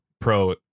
pro